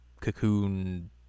cocoon